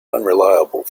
unreliable